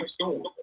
storm